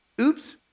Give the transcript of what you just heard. oops